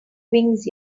wings